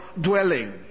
dwelling